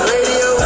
Radio